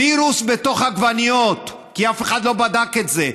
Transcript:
וירוס בתוך עגבניות, כי אף אחד לא בדק את זה.